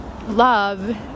love